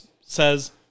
says